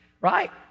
Right